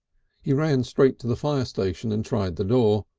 he ran straight to the fire station and tried the door,